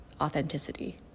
authenticity